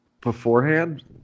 beforehand